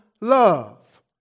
love